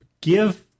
Give